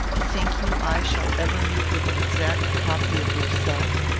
think you i shall ever meet with an exact copy of yourself?